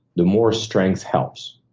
the more strength helps.